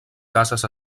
cases